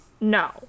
No